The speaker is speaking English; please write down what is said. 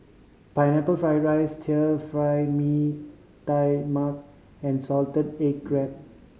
Pineapple Fried rice Stir Fry Mee Tai Mak and salted egg crab